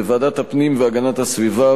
בוועדת הפנים והגנת הסביבה,